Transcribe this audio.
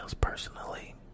personally